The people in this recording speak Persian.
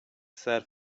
صرف